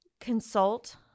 consult